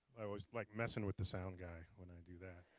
i always like messing with the sound guy when i do that.